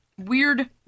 weird